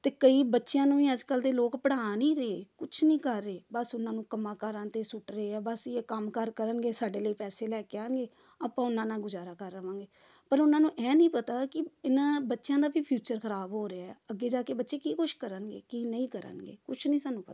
ਅਤੇ ਕਈ ਬੱਚਿਆਂ ਨੂੰ ਵੀ ਅੱਜ ਕੱਲ੍ਹ ਦੇ ਲੋਕ ਪੜ੍ਹਾ ਨਹੀਂ ਰਹੇ ਕੁਛ ਨਹੀਂ ਕਰ ਰਹੇ ਬਸ ਉਹਨਾਂ ਨੂੰ ਕੰਮਾਂ ਕਾਰਾਂ 'ਤੇ ਸੁੱਟ ਰਹੇ ਆ ਬਸ ਇਹ ਕੰਮ ਕਾਰ ਕਰਨਗੇ ਸਾਡੇ ਲਈ ਪੈਸੇ ਲੈ ਕੇ ਆਉਣਗੇ ਆਪਾਂ ਉਹਨਾਂ ਨਾਲ ਗੁਜ਼ਾਰਾ ਕਰ ਲਵਾਂਗੇ ਪਰ ਉਹਨਾਂ ਨੂੰ ਇਹ ਨਹੀਂ ਪਤਾ ਕਿ ਇਹਨਾਂ ਬੱਚਿਆਂ ਦਾ ਵੀ ਫਿਊਚਰ ਖਰਾਬ ਹੋ ਰਿਹਾ ਅੱਗੇ ਜਾ ਕੇ ਬੱਚੇ ਕੀ ਕੁਛ ਕਰਨਗੇ ਕੀ ਨਹੀਂ ਕਰਨਗੇ ਕੁਛ ਨਹੀਂ ਸਾਨੂੰ ਪਤਾ